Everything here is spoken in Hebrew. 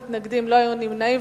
מתנגדים, לא היו נמנעים.